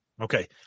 Okay